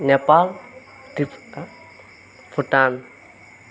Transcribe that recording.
Nepal Bhutan